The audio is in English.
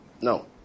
No